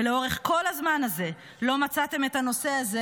ולאורך כל הזמן הזה לא מצאתם את הנושא הזה